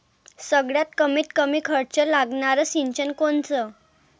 सगळ्यात कमीत कमी खर्च लागनारं सिंचन कोनचं?